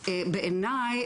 בעיני,